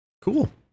Cool